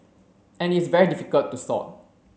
and it's very difficult to sort